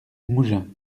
mougins